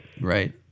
Right